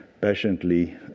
patiently